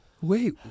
Wait